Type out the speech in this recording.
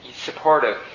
supportive